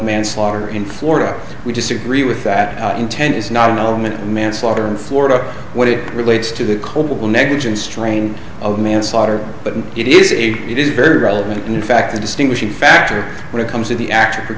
manslaughter in florida we disagree with that intent is not an element of manslaughter in florida what it relates to the culpable negligence train of manslaughter but it is a it is very relevant and in fact a distinguishing factor when it comes to the act